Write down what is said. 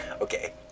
Okay